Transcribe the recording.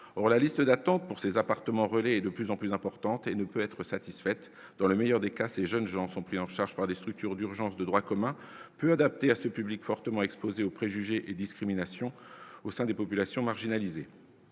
or la liste d'attente pour ces appartements relais et de plus en plus importante et ne peut être satisfaite dans le meilleur des cas, ces jeunes gens sont pris en charge par des structures d'urgence de droit commun, peu adaptés à ce public fortement exposée aux préjugés et discriminations au sein des populations marginalisées